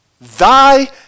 thy